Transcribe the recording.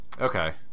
Okay